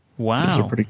Wow